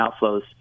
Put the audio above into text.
outflows